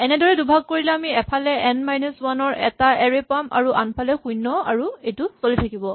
এনেদৰে দুভাগ কৰিলে আমি এফালে এন মাইনাচ ৱান ৰ এটা এৰে পাম আৰু আনফালে শূণ্য আৰু এইটো চলি থাকিব